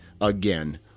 Again